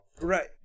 Right